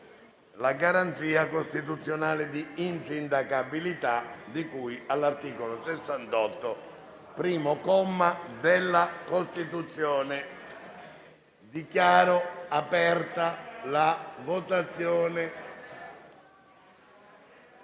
la garanzia costituzionale di insindacabilità di cui all'articolo 68, primo comma, della Costituzione. *(Segue la votazione).*